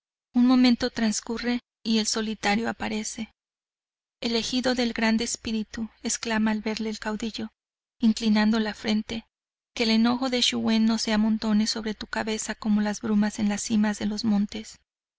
un momento transcurre y el solitario aparece elegido del grande espíritu exclama al verle el caudillo inclinando la frente que el enojo de schiwen no se amontone sobre tu cabeza como las brumas en las cimas de los montes